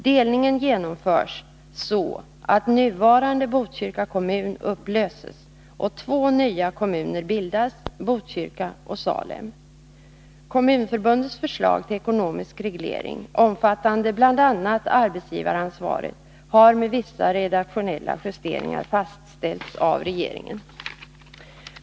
Delningen genomförs så att nuvarande Botkyrka kommun upplöses och två nya kommuner bildas, Botkyrka och Salem. Kommunförbundets förslag till ekonomisk reglering, omfattande bl.a. arbetsgivaransvaret, har med vissa redaktionella justeringar fastställts av regeringen.